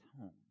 home